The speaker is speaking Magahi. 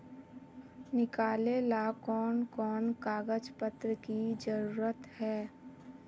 निकाले ला कोन कोन कागज पत्र की जरूरत है?